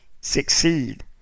succeed